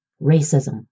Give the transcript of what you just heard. racism